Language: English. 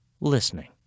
listening